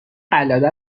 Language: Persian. قلاده